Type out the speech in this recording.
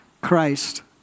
Christ